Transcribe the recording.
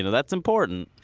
and that's important